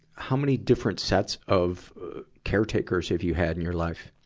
how many different sets of, ah, caretakers have you had in your life?